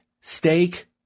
steak